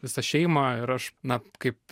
visą šeimą ir aš na kaip